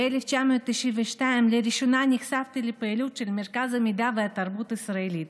ב-1992 נחשפתי לראשונה לפעילות של המרכז לתרבות יהודית-ישראלית,